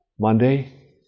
Monday